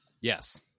Yes